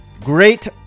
Great